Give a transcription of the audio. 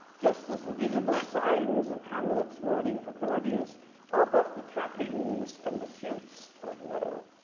just as the visible signs of hamlet's mourning for claudius are but the trappings and the suits of woe